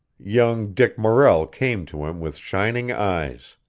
young dick morrell came to him with shining eyes.